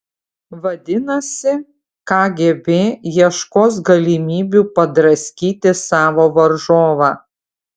vadinasi kgb ieškos galimybių padraskyti savo varžovą